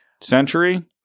Century